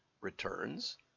returns